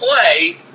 play